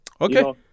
Okay